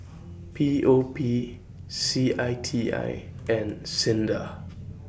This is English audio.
P O P C I T I and SINDA